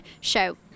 show